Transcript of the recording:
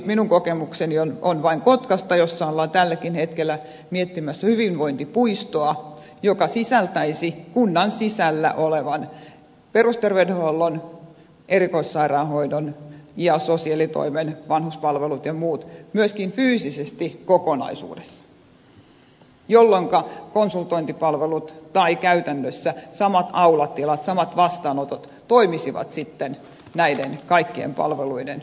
minun kokemukseni on vain kotkasta missä ollaan tälläkin hetkellä miettimässä hyvinvointipuistoa joka sisältäisi kunnan sisällä olevan perusterveydenhuollon erikoissairaanhoidon ja sosiaalitoimen vanhuspalvelut ja muut myöskin fyysisesti kokonaisuudessa jolloinka konsultointipalvelut tai käytännössä samat aulatilat samat vastaanotot toimisivat sitten näiden kaikkien palveluiden yhteisinä